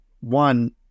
One